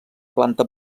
planta